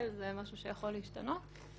זה משהו שיכול להשתנות.